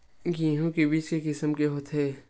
गेहूं के बीज के किसम के होथे?